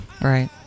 Right